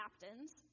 captains